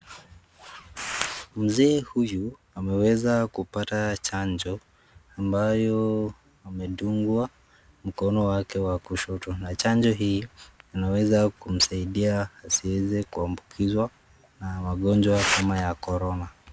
Mzee huyu ameweza kupata chanjo ambayo ime dungwa mkono wake wa kushoto na chanjo hii ina weza kumsaidia asieze kuambakizwa na magonjwa kama Corona.